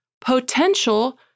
potential